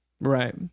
Right